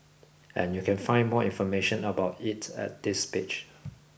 and you can find more information about it at this page